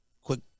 quick